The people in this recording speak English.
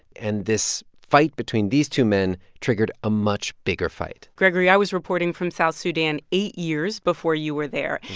and this fight between these two men triggered a much bigger fight gregory, i was reporting from south sudan eight years before you were there.